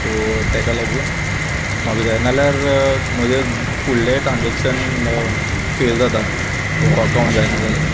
so तेका लागून म्हाका जाय नाल्यार म्हजे फुडले ट्रान्जॅक्शन फेल जाता हो अकावंट जायना जाल्यार